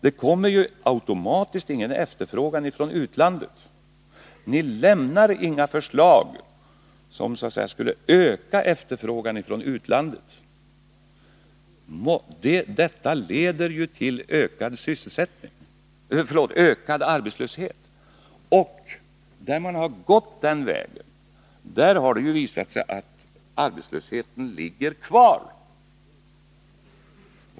Det kommer ju automatiskt ingen efterfrågan från utlandet. Ni lämnar inga förslag som skulle öka efterfrågan från utlandet. Detta leder till ökad arbetslöshet. I länder där man har gått den vägen har det ju visat sig att arbetslösheten ligger kvar.